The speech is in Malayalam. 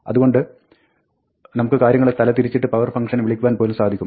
അതുകൊണ്ട് നമുക്ക് കാര്യങ്ങളെ തലതിരിച്ചിരിച്ചിട്ട് power ഫങ്ക്ഷനെ വിളിക്കുവാൻ പോലും സാധിക്കും